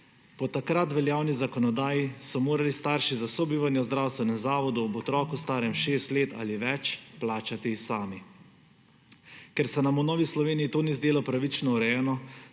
Po takrat veljavni zakonodaji so morali starši za sobivanje v zdravstvenem zavodu ob otroku, starem šest let ali več, plačati sami. Ker se nam v Novi Sloveniji to ni zdelo pravično urejeno,